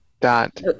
Dot